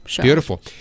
Beautiful